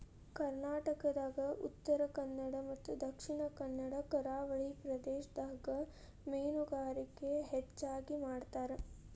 ಕರ್ನಾಟಕದಾಗ ಉತ್ತರಕನ್ನಡ ಮತ್ತ ದಕ್ಷಿಣ ಕನ್ನಡ ಕರಾವಳಿ ಪ್ರದೇಶದಾಗ ಮೇನುಗಾರಿಕೆ ಹೆಚಗಿ ಮಾಡ್ತಾರ